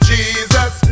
Jesus